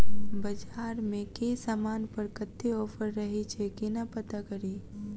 बजार मे केँ समान पर कत्ते ऑफर रहय छै केना पत्ता कड़ी?